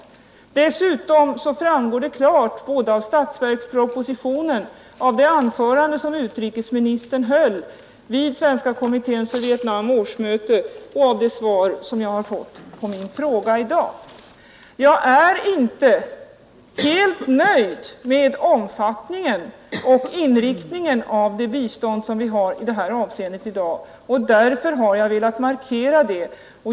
Dessutom framgår detta klart både av statsverkspropositionen och det anförande som utrikesministern höll vid Svenska kommitténs för Vietnam årsmöte och av det svar som jag i dag har fått på min fråga. Jag är emellertid inte helt nöjd med omfattningen och inriktningen av det bistånd som vi för närvarande lämnar i detta avseende och därför har jag velat markera det.